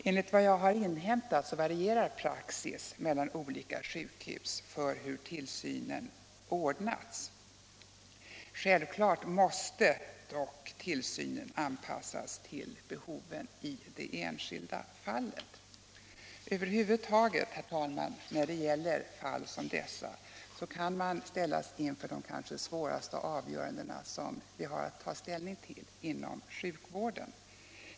Enligt vad jag har inhämtat varierar praxis mellan olika sjukhus för hur tillsynen ordnas. Självfallet måste tillsynen anpassas till behoven i det enskilda fallet. Över huvud taget, herr talman, när det gäller fall som dessa kan man ställas inför de kanske svåraste avgöranden vi har att fatta inom sjukvården.